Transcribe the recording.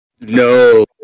No